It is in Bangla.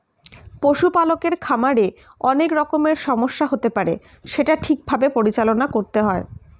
পশু পালকের খামারে অনেক রকমের সমস্যা হতে পারে সেটা ঠিক ভাবে পরিচালনা করতে হয়